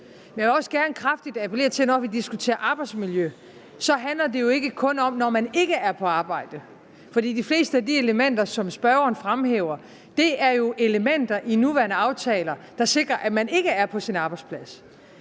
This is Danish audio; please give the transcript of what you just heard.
jeg vil også gerne kraftigt appellere til, at når vi diskuterer arbejdsmiljø, så handler det jo ikke kun om, når man ikke er på arbejde, for de fleste af de elementer, som spørgeren fremhæver, er jo elementer i nuværende aftaler, der sikrer, at man ikke er på sin arbejdsplads.